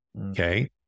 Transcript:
Okay